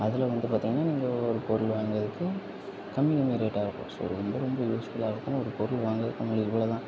அதில் வந்து பார்த்தீங்கன்னா நீங்கள் ஒரு பொருள் வாங்குறதுக்கு கம்மி கம்மி ரேட்டாக இருக்கும் ஸோ ரொம்ப ரொம்ப யூஸ்ஃபுல்லாக இருக்கும் ஒரு பொருள் வாங்குறதுக்கு உங்களுக்கு இவ்ளோ தான்